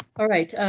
alright,